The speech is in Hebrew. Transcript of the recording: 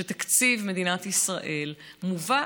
שתקציב מדינת ישראל מובא